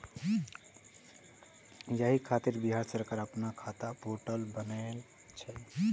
एहि खातिर बिहार सरकार अपना खाता पोर्टल बनेने छै